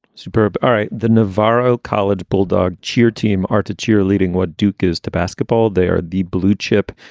superb. all right. the novarro college bulldog cheer team are to cheer, leading what duke is to basketball. they are the blue chip,